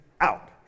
out